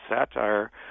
satire